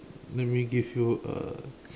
let me give you a